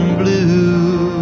blue